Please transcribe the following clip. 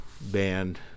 band